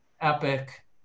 Epic